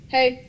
Hey